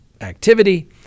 activity